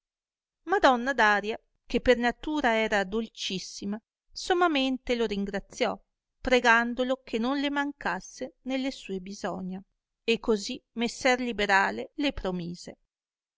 madonna daria che per natura era dolcissima sommamente lo ringraziò pregandolo che non le mancasse nelle sue bisogna e cosi messer liberale le promise